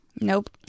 nope